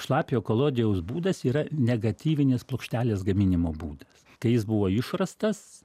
šlapio kolodijaus būdas yra negatyvinės plokštelės gaminimo būdas kai jis buvo išrastas